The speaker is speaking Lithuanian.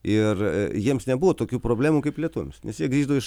ir jiems nebuvo tokių problemų kaip lietuviams nes jie grįždavo iš